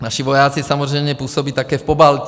Naši vojáci samozřejmě působí také v Pobaltí.